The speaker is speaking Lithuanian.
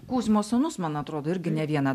kuzmos sūnus man atrodo irgi ne vieną